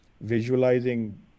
visualizing